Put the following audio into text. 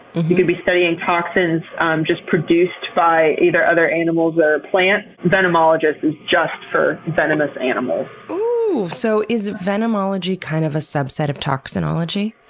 you could be studying toxins um just produced by either other animals or plants. venomologists are and just for venomous animals. ooh so is venomology kind of a subset of toxinology?